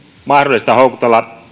mahdollista houkutella